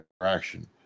interaction